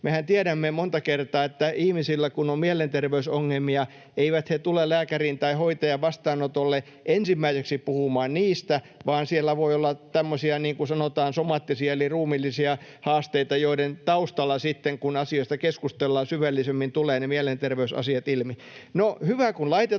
Mehän tiedämme monta kertaa, että kun ihmisillä on mielenterveysongelmia, eivät he tule lääkärin tai hoitajan vastaanotolle ensimmäiseksi puhumaan niistä, vaan siellä voi olla tämmöisiä, niin kuin sanotaan, somaattisia eli ruumiillisia haasteita, joiden taustalla sitten, kun asioista keskustellaan syvällisemmin, tulevat ne mielenterveysasiat ilmi.